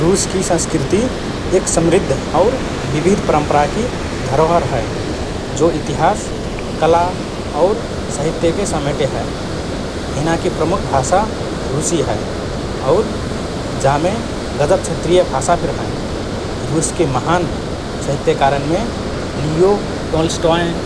रुसकि संस्कृति एक समृद्ध और विविध परम्पराकि धरोहर हए, जो इतिहास, कला और साहित्यके समेटे हए । हिनाकि प्रमुख भाषा रुसी हए और जामे गजब क्षेत्रीय भाषा फिर हएँ । रुसके महान साहित्यकारनमे लियो टोल्स्टाँय,